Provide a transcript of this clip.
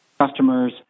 customers